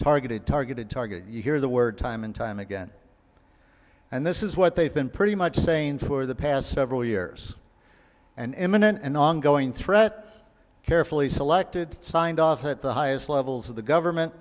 targeted targeted target you hear the word time and time again and this is what they've been pretty much saying for the past several years an imminent and ongoing threat carefully selected signed off at the highest levels of the government